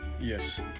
Yes